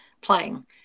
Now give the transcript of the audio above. playing